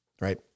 right